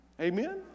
Amen